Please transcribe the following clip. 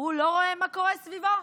הוא לא רואה מה קורה סביבו?